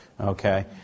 okay